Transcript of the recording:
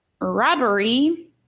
robbery